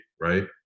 right